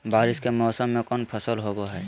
बारिस के मौसम में कौन फसल होबो हाय?